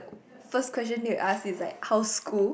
first question that you ask is like how's school